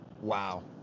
Wow